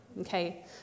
okay